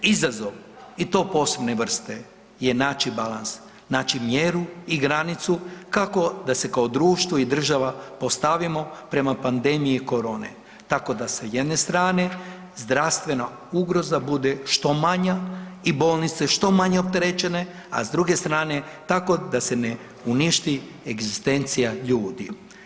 Izazov i to posebne vrste je naći balans, naći mjeru i granicu kako da se kao društvo i kao država postavimo prema pandemiji korone tako da sa jedne strane zdravstvena ugroza bude što manja i bolnice što manje opterećene, a s druge strane tako da se ne uništi egzistencija ljudi.